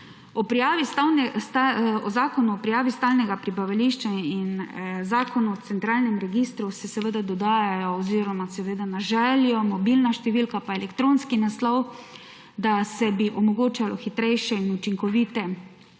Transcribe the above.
Zakonu o prijavi stalnega prebivališča in Zakonu o centralnem registru se dodaja oziroma seveda na željo, mobilna številka, pa elektronski naslov, da bi se omogočalo hitrejše in učinkovito